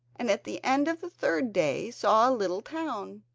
and at the end of the third day saw a little town.